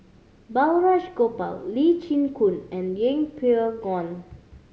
Balraj Gopal Lee Chin Koon and Yeng Pway Ngon